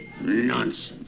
Nonsense